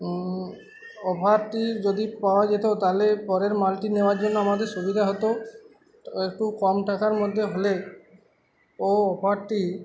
অফারটির যদি পাওয়া যেত তাহলে পরের মালটি নেওয়ার জন্য আমাদের সুবিধা হতো একটু কম টাকার মধ্যে হলে ও অফারটি